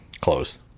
Close